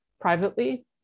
privately